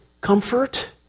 comfort